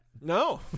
No